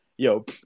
yo